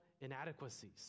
inadequacies